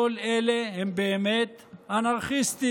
כל אלה הם באמת אנרכיסטים.